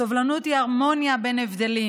סובלנות היא הרמוניה בין הבדלים.